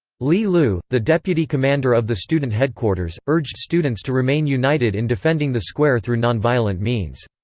li lu, the deputy commander of the student headquarters, urged students to remain united in defending the square through non-violent means.